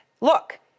look